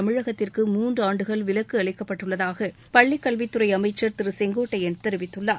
தமிழகத்திற்கு மூன்றாண்டுகள் விலக்கு அளிக்கப்பட்டுள்ளதாக பள்ளி கல்வித் துறை அமைச்சர் திரு செங்கோட்டையன் தெரிவித்துள்ளார்